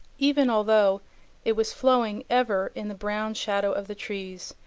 even although it was flowing ever in the brown shadow of the trees,